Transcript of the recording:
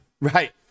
Right